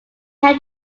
held